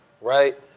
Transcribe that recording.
right